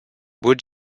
would